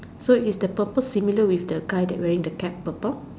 so is the purple similar with the guy that wearing the cap purple